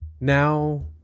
Now